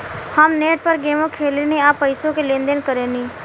हम नेट पर गेमो खेलेनी आ पइसो के लेन देन करेनी